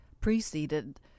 preceded